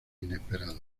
inesperados